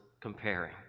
comparing